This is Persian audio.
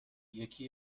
یکی